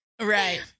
Right